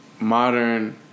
modern